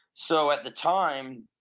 so at the time,